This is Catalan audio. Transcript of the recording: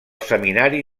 seminari